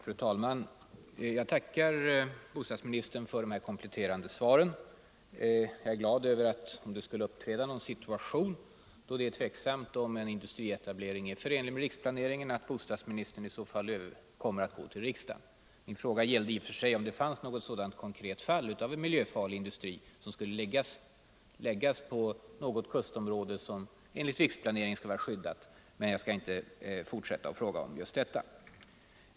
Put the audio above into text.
Fru talman! Jag tackar bostadsministern för de här kompletterande svaren. Jag är glad över att regeringen, om det skulle uppstå någon situation då det är tvivelaktigt om en industrietablering är förenlig med riksplaneringen, i så fall kommer att vända sig till riksdagen. Min fråga gällde i och för sig om det fanns något sådant konkret fall av miljöfarlig industri som herr Carlsson vill förlägga till något kustområde som enligt riksplaneringen skulle vara skyddat. Men jag skall inte fortsätta att fråga om just detta.